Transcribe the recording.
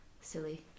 silly